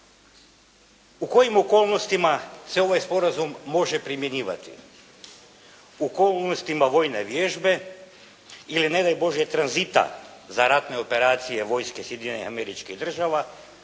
U kojim okolnostima se ovaj sporazum može primjenjivati?